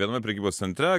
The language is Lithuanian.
viename prekybos centre